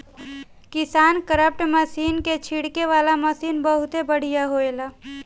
KisanKraft machine के छिड़के वाला मशीन बहुत बढ़िया होएला